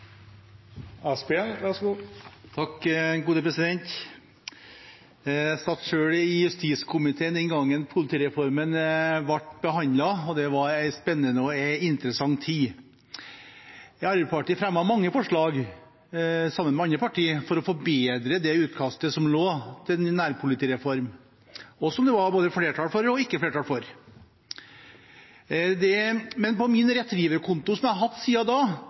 det var en spennende og interessant tid. Arbeiderpartiet fremmet mange forslag, sammen med andre parti, for å forbedre det utkastet som lå til en nærpolitireform, og som det var både flertall for og ikke flertall for. Men på min Retriever-konto, som jeg har hatt siden da,